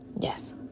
Yes